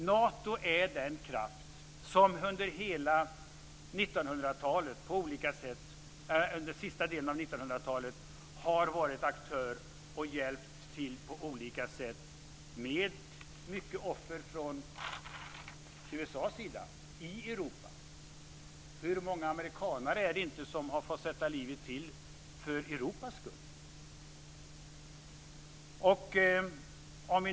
Nato är den kraft som under sista delen av 1900 talet har varit aktör och på olika sätt med mycket offer från USA hjälpt till i Europa. Hur många amerikaner är det inte som har fått sätta livet till för Europas skull?